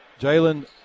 Jalen